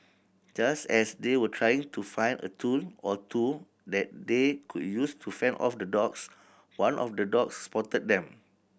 just as they were trying to find a tool or two that they could use to fend off the dogs one of the dogs spotted them